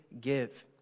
give